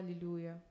Hallelujah